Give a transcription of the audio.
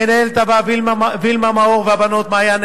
מנהלת הוועדה וילמה מאור והבנות מעיין,